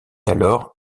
alors